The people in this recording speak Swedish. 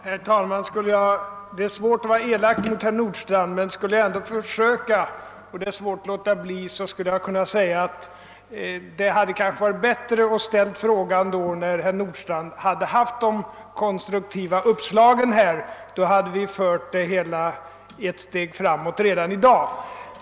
Herr talman! Jag vill inte vara elak mot herr Nordstrandh men skulle jag ändå försöka vara det — det är svårt att låta bli — skulle jag säga att det kanske hade varit bättre om han ställt frågan efter det att han tänkt ut sina konstruktiva uppslag; då hade vi kunnat föra frågan ett steg framåt redan i dag.